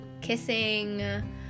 kissing